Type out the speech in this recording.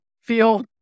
feel